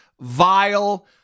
vile